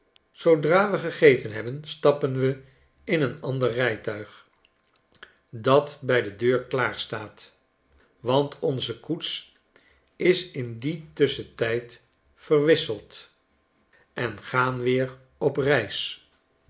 zoodra we gegeten hebben stappen we in een ander rijtuig dat bij de deur klaar staat want onze koets is in dien tusschentijd verwisseld en gaan weer op reis